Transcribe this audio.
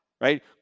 right